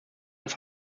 des